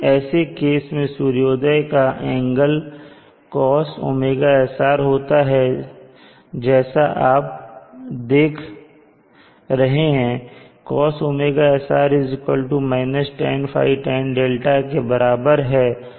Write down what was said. ऐसे केस में सूर्योदय का एंगल cos ωsr होता है जैसा आप देख रहे हैं कि cos ωsr tanϕ tanδ के बराबर है